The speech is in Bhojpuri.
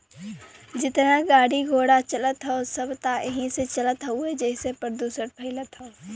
जेतना गाड़ी घोड़ा चलत हौ सब त एही से चलत हउवे जेसे प्रदुषण फइलत हौ